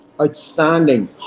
outstanding